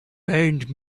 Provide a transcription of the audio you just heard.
burned